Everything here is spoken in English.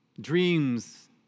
dreams